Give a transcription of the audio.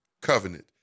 covenant